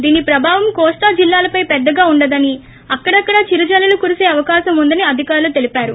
దీని ప్రభావం కోస్తా జిల్లాలపై పెద్దగా ఉండదని అక్కడక్కడ చిరు జల్లులు కురిసే అవకాసం ఉందని అధికారులు చెప్పారు